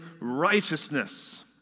righteousness